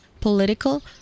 political